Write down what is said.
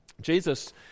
Jesus